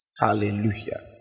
Hallelujah